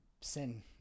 sin